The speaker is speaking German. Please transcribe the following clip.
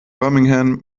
birmingham